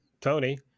Tony